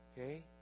Okay